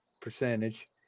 percentage